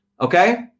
Okay